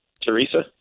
Teresa